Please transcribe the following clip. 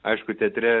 aišku teatre